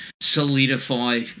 solidify